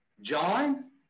John